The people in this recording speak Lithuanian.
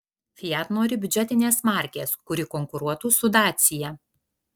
fiat nori biudžetinės markės kuri konkuruotų su dacia